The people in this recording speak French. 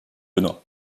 benoît